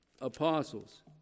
apostles